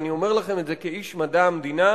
ואני אומר לכם את זה כאיש מדע המדינה: